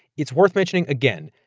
it's worth mentioning again,